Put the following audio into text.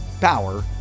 power